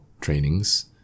trainings